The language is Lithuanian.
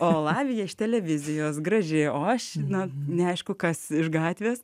o lavija iš televizijos graži o aš na neaišku kas iš gatvės